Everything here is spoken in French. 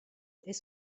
est